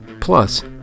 Plus